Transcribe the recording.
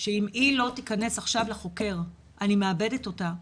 שאם היא לא תיכנס עכשיו לחוקר אז אני מאבדת אותה,